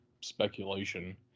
speculation